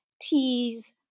teas